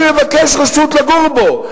אני מבקש רשות לגור בו.